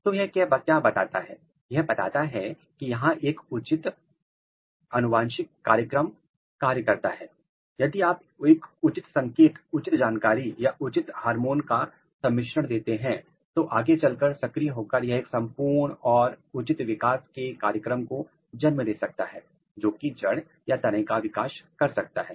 तो यह क्या बताता है यह बताता है कि यहां एक अनुवांशिक कार्यक्रम कार्य करता है यदि आप एक उचित संकेत उचित जानकारी या उचित हारमोंस का सम्मिश्रण देते हैं तो आगे चलकर सक्रिय होकर यह एक संपूर्ण और उचित विकास के कार्यक्रम को जन्म दे सकता हैं जो कि जड़ या तना का विकास कर सकता है